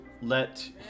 let